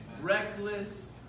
Reckless